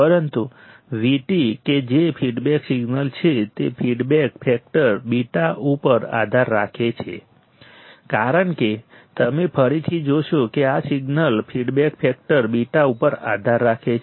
પરંતુ Vt કે જે ફીડબેક સિગ્નલ છે તે ફીડબેક ફેક્ટર β ઉપર આધાર રાખે છે કારણ કે તમે ફરીથી જોશો કે આ સિગ્નલ ફીડબેક ફેક્ટર β ઉપર આધાર રાખે છે